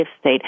state